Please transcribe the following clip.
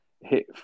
hit